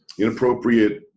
inappropriate